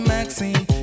Maxine